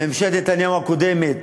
ממשלת נתניהו הקודמת